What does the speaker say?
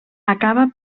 acaba